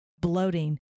bloating